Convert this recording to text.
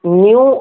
new